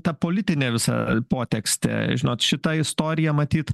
ta politinė visa potekstė žinot šitą istoriją matyt